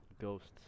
Ghosts